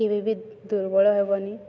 କେବେ ବି ଦୁର୍ବଳ ହେବନି